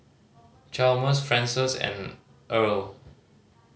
Chalmers Frances and Erle